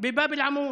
בבאב אל-עמוד,